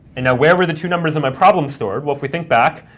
and now where were the two numbers in my problem stored? well, if we think back,